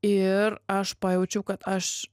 ir aš pajaučiau kad aš